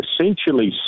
essentially